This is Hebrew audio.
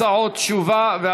התשע"ו 2016,